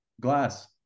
glass